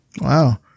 Wow